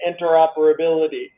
interoperability